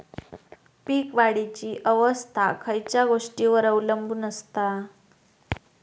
पीक वाढीची अवस्था खयच्या गोष्टींवर अवलंबून असता?